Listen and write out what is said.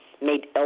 made